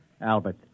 Albert